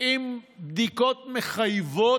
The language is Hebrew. עם בדיקות מחייבות,